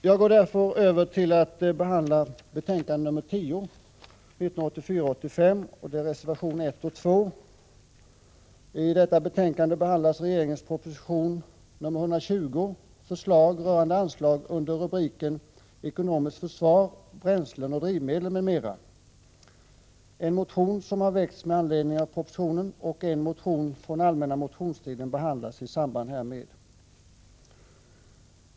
Jag går därför över till att behandla försvarsutskottets betänkande 1984/85:10 och reservationerna 1 och 2 i detta betänkande.